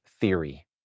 theory